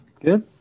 Good